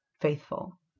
faithful